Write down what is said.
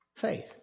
faith